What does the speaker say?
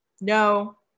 No